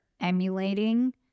emulating